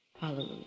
Hallelujah